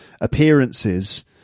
appearances